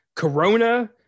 Corona